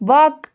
وَق